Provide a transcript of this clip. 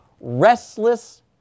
restless